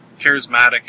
charismatic